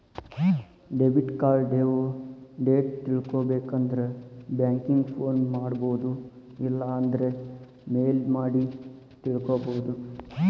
debit card due date ತಿಳ್ಕೊಬೇಕಂದ್ರ banking phone ಮಾಡೊಬೋದು ಇಲ್ಲಾಂದ್ರ ಮೇಲ್ ಮಾಡಿ ತಿಳ್ಕೋಬೋದು